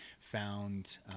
found